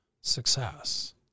success